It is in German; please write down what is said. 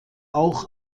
auch